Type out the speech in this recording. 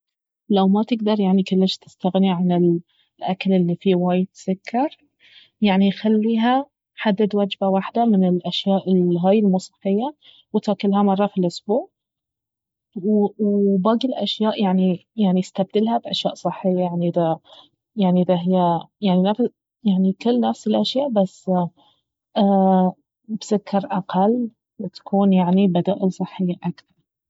لو ما تقدر يعني كلش تستغني عن الاكل الي فيه وايد سكر يعني خليها حدد وجبة وحدة من الأشياء الهاي المو صحية وتاكلها مرة في الأسبوع و- وباقي الاشياء يعني يعني استبدلها باشياء صحية يعني اذا يعني اذا اهي يعني نف- يعني كل نفس الأشياء بس بسكر اقل وتكون يعني بدائل صحية اكثر